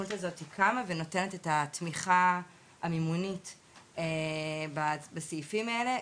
התוכנית הזאת קמה ונותנת את התמיכה המימונית בסעיפים האלה.